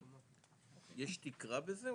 יש תקרה בזה?